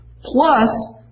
Plus